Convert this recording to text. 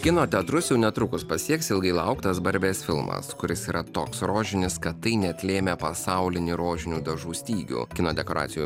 kino teatrus jau netrukus pasieks ilgai lauktas barbės filmas kuris yra toks rožinis kad tai net lėmė pasaulinį rožinių dažų stygių kino dekoracijų